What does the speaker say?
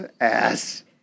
ass